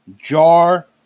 jar